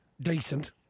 Decent